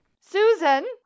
Susan